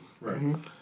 Right